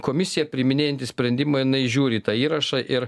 komisija priiminėjanti sprendimą jinai žiūri į tą įrašą ir